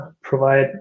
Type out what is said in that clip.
provide